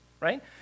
right